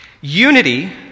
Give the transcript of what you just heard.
unity